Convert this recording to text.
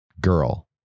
girl